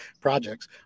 projects